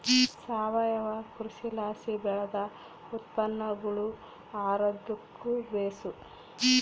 ಸಾವಯವ ಕೃಷಿಲಾಸಿ ಬೆಳ್ದ ಉತ್ಪನ್ನಗುಳು ಆರೋಗ್ಯುಕ್ಕ ಬೇಸು